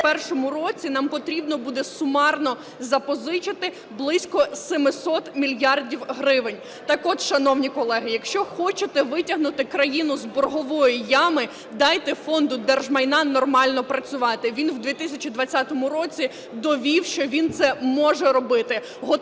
В 2021 році нам потрібно буде сумарно запозичити близько 700 мільярдів гривень. Так от, шановні колеги, якщо хочете витягнути країну з боргової ями, дайте Фонду держмайна нормально працювати, він в 2020 році довів, що він це може робити: